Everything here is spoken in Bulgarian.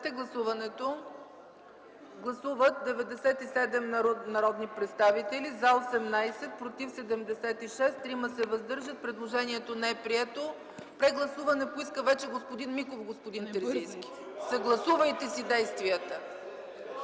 Съгласувайте си действията!